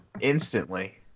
Instantly